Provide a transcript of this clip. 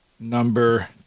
Number